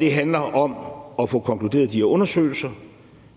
Det handler om at få konkluderet de her undersøgelser,